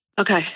Okay